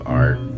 art